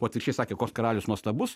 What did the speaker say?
o atvirkščiai sakė koks karalius nuostabus